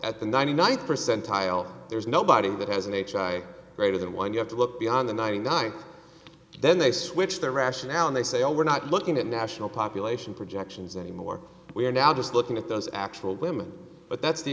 at the ninety ninth percentile there's nobody that has an h i greater than one you have to look beyond the ninety nine then they switch the rationale and they say oh we're not looking at national population projections anymore we're now just looking at those actual women but that's the